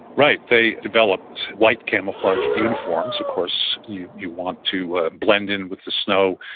right. they developed white camouflage uniforms. of course, you you want to blend in with the snow.